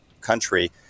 country